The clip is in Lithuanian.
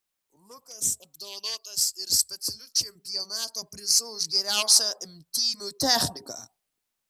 lukas apdovanotas ir specialiu čempionato prizu už geriausią imtynių techniką